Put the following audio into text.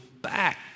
back